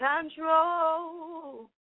control